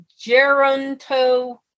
Geronto